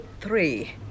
three